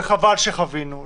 וחבל שחווינו,